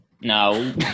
No